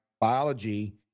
biology